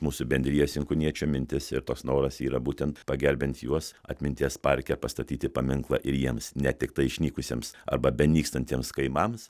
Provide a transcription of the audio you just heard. mūsų bendrijas inkūniečių mintis ir toks noras yra būtent pagerbiant juos atminties parke pastatyti paminklą ir jiems ne tiktai išnykusiems arba benykstantiems kaimams